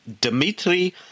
Dmitry